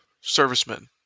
servicemen